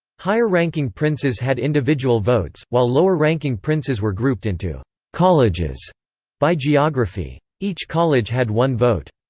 higher-ranking princes had individual votes, while lower-ranking princes were grouped into colleges by geography. each college had one vote.